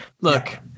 Look